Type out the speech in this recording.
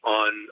on